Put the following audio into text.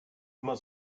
immer